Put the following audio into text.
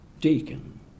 deacon